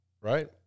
right